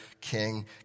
king